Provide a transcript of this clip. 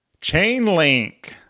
Chainlink